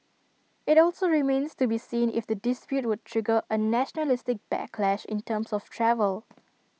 IT also remains to be seen if the dispute would trigger A nationalistic backlash in terms of travel